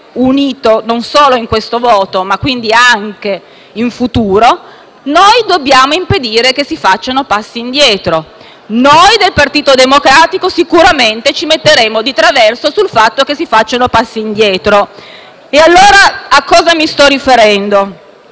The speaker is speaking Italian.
unito non solo in questo voto ma anche in futuro, deve impedire che si facciano passi indietro. Noi del Partito Democratico sicuramente ci metteremo di traverso per evitare che si facciano passi indietro. Mi sto riferendo